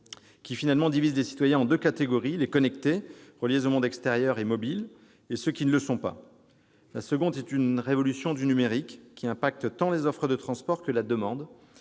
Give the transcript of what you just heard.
qui finalement divisent les citoyens en deux catégories, les « connectés », reliés au monde extérieur et mobiles, et ceux qui ne le sont pas ? La seconde est une « révolution du numérique », qui impacte tant les offres de transports que la demande,